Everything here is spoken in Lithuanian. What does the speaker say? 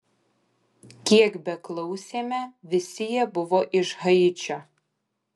kiek beklausėme visi jie buvo iš haičio